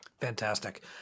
Fantastic